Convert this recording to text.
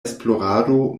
esplorado